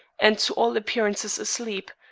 and to all appearance asleep,